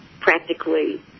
practically